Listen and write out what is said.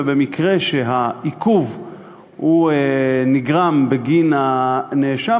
ובמקרה שהעיכוב נגרם בגין הנאשם,